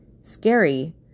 scary